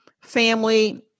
family